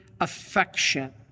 affection